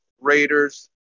Raiders